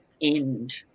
end